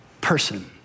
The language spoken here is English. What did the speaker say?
person